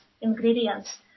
ingredients